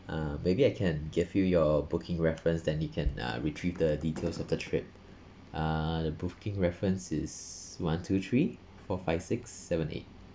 uh maybe I can give you your booking reference then you can uh retrieve the details of the trip uh the booking reference is one two three four five six seven eight